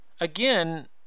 Again